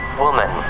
woman